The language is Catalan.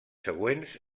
següents